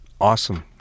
Awesome